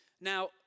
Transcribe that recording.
Now